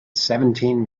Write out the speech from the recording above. seventeen